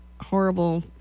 horrible